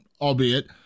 albeit